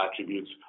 attributes